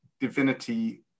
divinity